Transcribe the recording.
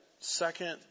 second